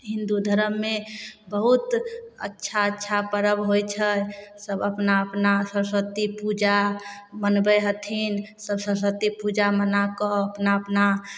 हिन्दू धर्ममे बहुत अच्छा अच्छा पर्व होइ छै सब अपना अपना सरस्वती पूजा मनबय हथिन सब सरस्वती पूजा मनाकऽ अपना अपना